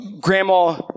Grandma